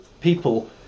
people